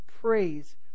praise